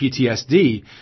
PTSD